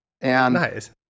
Nice